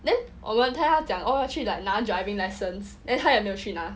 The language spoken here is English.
then 我们他讲 oh 要去 like 拿 driving license then 他也没有去拿